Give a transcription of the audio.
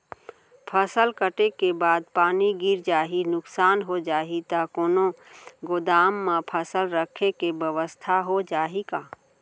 फसल कटे के बाद पानी गिर जाही, नुकसान हो जाही त कोनो गोदाम म फसल रखे के बेवस्था हो जाही का?